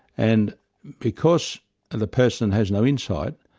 and because the person has no insight,